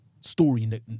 story